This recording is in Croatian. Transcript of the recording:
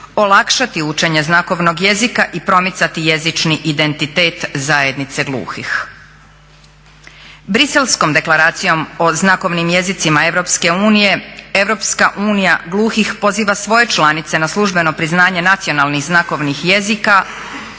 olakšati učenje znakovnog jezika i promicati jezični identitet zajednice gluhih. Briselskom deklaracijom o znakovnim jezicima Europske unije Europska unija gluhih poziva svoje članice na službeno priznanje nacionalnih znakovnih jezika